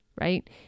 right